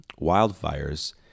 wildfires